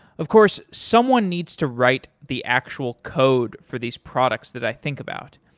of course, someone needs to write the actual code for these products that i think about.